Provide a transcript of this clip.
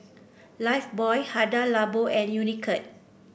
Lifebuoy Hada Labo and Unicurd